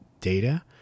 data